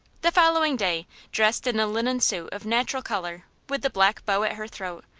the following day, dressed in a linen suit of natural colour, with the black bow at her throat,